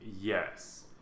Yes